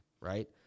right